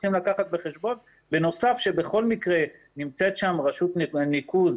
בנוסף צריך לקחת בחשבון שבכל מקרה נמצאת שם רשות הניקוז,